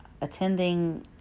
attending